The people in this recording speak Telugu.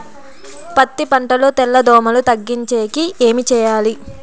పత్తి పంటలో తెల్ల దోమల తగ్గించేకి ఏమి చేయాలి?